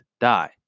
die